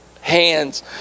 hands